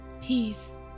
peace